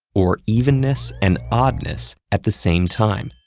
or evenness and oddness, at the same time.